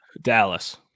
Dallas